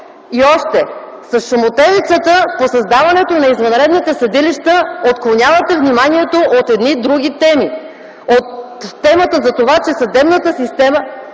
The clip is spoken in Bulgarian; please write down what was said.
И още, с шумотевицата по създаването на извънредните съдилища отклонявате вниманието от едни други теми – от темата за това, че съдебната система